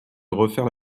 refaire